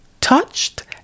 touched